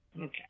Okay